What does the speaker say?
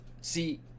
See